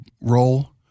role